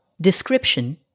description